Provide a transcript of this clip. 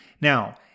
Now